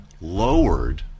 lowered